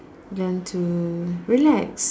learn to relax